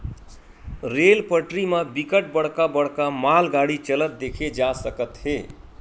rail पटरी म बिकट बड़का बड़का मालगाड़ी चलत देखे जा सकत हे